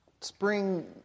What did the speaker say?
spring